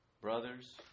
Brothers